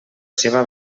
seva